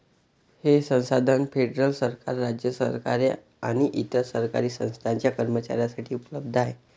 हे संसाधन फेडरल सरकार, राज्य सरकारे आणि इतर सरकारी संस्थांच्या कर्मचाऱ्यांसाठी उपलब्ध आहे